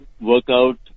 workout